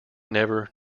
never